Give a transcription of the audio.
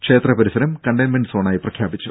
ക്ഷേത്ര പരിസരം കണ്ടെയ്ൻമെന്റ് സോണായി പ്രഖ്യാപിച്ചു